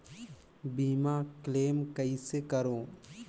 बीमा क्लेम कइसे करों?